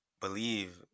believe